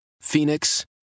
Phoenix